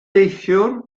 neithiwr